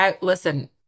Listen